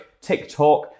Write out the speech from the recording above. TikTok